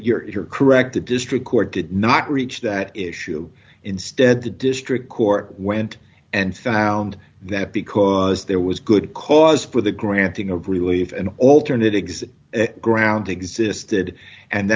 t you're correct the district court did not reach that issue instead the district court went and found that because there was good cause for the granting of relief an alternate exit ground existed and